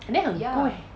and then 很贵